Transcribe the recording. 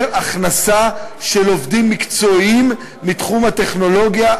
הכנסת עובדים מקצועיים מתחום הטכנולוגיה,